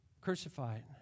crucified